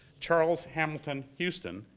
charles hamilton houston,